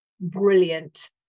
brilliant